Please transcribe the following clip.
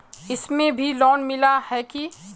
इसमें भी लोन मिला है की